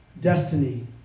destiny